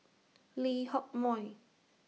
Lee Hock Moh